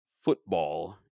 football